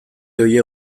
horiek